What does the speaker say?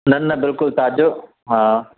न न बिल्कुल ताज़ो हा